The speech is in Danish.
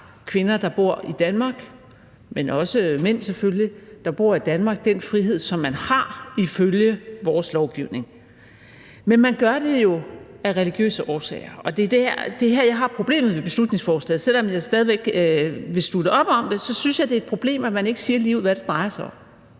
kvinder, der bor i Danmark, men selvfølgelig også mænd, der bor i Danmark, den frihed, som man har ifølge vores lovgivning. Men man gør det jo af religiøse årsager, og det er her, jeg har et problem med beslutningsforslaget. Selv om jeg stadig væk vil slutte op om det, synes jeg, det er et problem, at man ikke siger ligeud, hvad det drejer sig om.